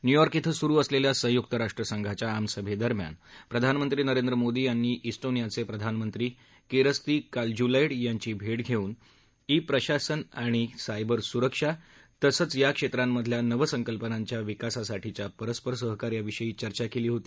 New York इथं सुरु असलेल्या सुयुक राष्ट्रसंघाच्या आमसभेदरम्यान प्रधानमंत्री नरेंद्र मोदी यांनी इस्टोनियाचे प्रदानमंत्री केरस्ती कालज्युलैंड यांची भेट घेऊन ई प्रशासन आणि सायबर सुरक्षा तसंच या क्षेत्रांमधल्या नव्या संकल्पनांच्या विकासासाठीच्या परस्पर सहकार्याविषयी चर्चा केली होती